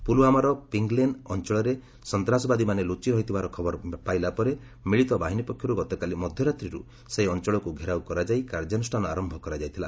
ପୁଲୱାମାର ପିଙ୍ଗ୍ଲେନା ଅଞ୍ଚଳରେ ସନ୍ତାସବାଦୀମାନେ ଲୁଚି ରହିଥିବାର ଖବର ପାଇଲା ପରେ ମିଳିତ ବାହିନୀ ପକ୍ଷରୁ ଗତକାଲି ମଧ୍ୟରାତ୍ରିରୁ ସେହି ଅଞ୍ଚଳକୁ ଘେରଉ କରାଯାଇ କାର୍ଯ୍ୟାନୁଷ୍ଠାନ ଆରମ୍ଭ କରାଯାଇଥିଲା